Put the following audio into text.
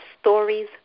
stories